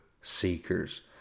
seekers